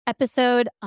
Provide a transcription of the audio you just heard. Episode